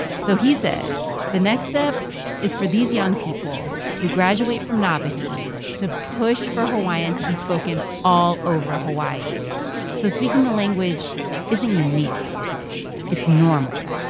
so he says the next step is for these young people who graduate from nawahi to push for hawaiian to be spoken all over hawaii so speaking the language isn't unique it's normal.